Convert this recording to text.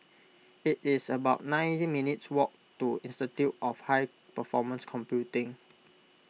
it is about nine minutes walk to Institute of High Performance Computing